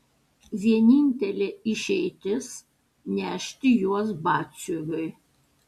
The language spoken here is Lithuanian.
vienintelė išeitis nešti juos batsiuviui